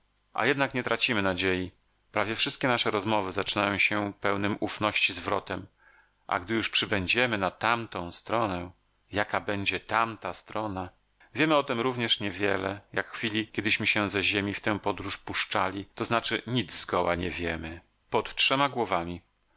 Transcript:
a jednak nie tracimy nadziei prawie wszystkie nasze rozmowy zaczynają się pełnym ufności zwrotem a gdy już przybędziemy na tamtą stronę jaka będzie tamta strona wiemy o tem również nie wiele jak w chwili kiedyśmy się ze ziemi w tę podróż puszczali to znaczy nic zgoła nie wiemy